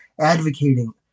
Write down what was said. advocating